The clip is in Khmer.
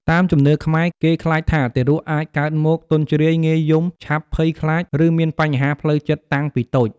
តាមជំនឿខ្មែរ គេខ្លាចថាទារកអាចកើតមកទន់ជ្រាយ ងាយយំ ឆាប់ភ័យខ្លាច ឬមានបញ្ហាផ្លូវចិត្តតាំងពីតូច។